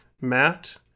Matt